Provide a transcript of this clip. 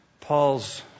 Paul's